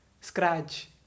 scratch